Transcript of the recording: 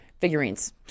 figurines